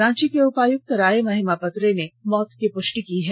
रांची के उपायक्त राय महिमापत रे ने मौत की पृष्टि की है